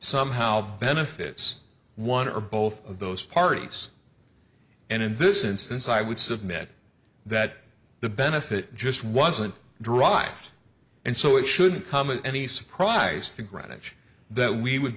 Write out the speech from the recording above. somehow benefits one or both of those parties and in this instance i would submit that the benefit just wasn't derived and so it shouldn't come as any surprise to greenwich that we would